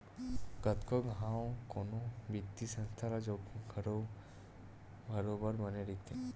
कतको घांव कोनो बित्तीय संस्था ल जोखिम घलो बरोबर बने रहिथे